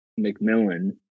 McMillan